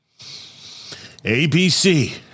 ABC